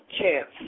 chance